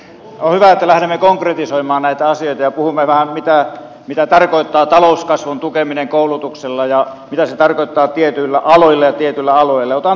on hyvä että lähdemme konkretisoimaan näitä asioita ja puhumme vähän mitä tarkoittaa talouskasvun tukeminen koulutuksella ja mitä se tarkoittaa tietyille aloille ja tietyille alueille